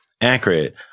accurate